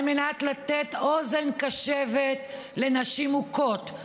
על מנת לתת אוזן קשבת לנשים מוכות,